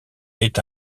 est